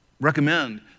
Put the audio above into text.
Recommend